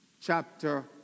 Chapter